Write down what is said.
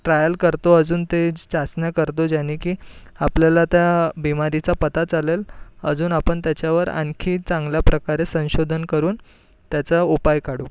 trial करतो अजून ते चाचण्या करतो जेणे की आपल्याला त्या बिमारीचा पत्ता चालेल अजून आपण त्याच्यावर आणखी चांगल्याप्रकारे संशोधन करून त्याचा उपाय काढू